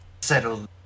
Settle